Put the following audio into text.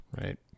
Right